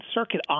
Circuit